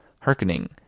hearkening